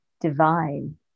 divine